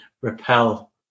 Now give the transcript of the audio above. repel